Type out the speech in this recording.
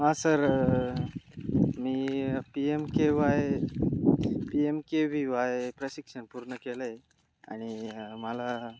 हां सर मी P M K Y P M K V Y प्रशिक्षण पूर्ण केलं आहे आणि मला